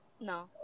No